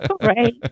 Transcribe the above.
Right